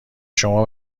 شما